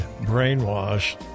brainwashed